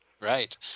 Right